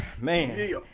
man